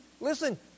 listen